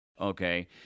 Okay